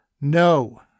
No